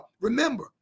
Remember